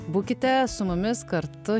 būkite su mumis kartu